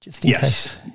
Yes